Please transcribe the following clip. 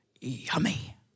yummy